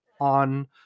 on